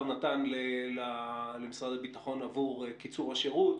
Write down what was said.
נתן למשרד הביטחון עבור קיצור השירות.